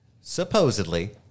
Supposedly